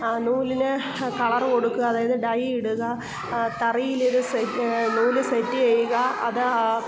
നൂലിന് colour കൊടുക്കുക അതായത് dye ഇടുക തറിയിൽ ഒരു സെറ്റ് നൂൽ സെറ്റ് ചെയ്യുക അതാ